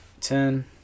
Ten